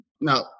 Now